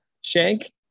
shank